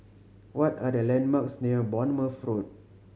what are the landmarks near Bournemouth Road